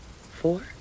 four